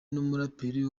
n’umuraperi